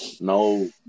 No